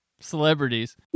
celebrities